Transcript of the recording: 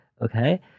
Okay